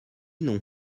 nom